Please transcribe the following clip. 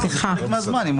אז תוריד לו מהזמן.